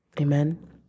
Amen